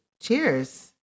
Cheers